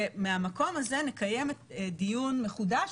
ומהמקום הזה נקיים דיון מחודש,